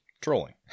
trolling